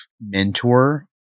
mentor